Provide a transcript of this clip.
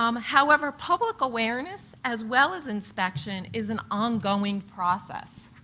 um however, public awareness as well as inspection is an ongoing process.